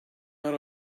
out